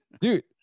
dude